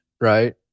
right